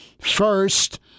first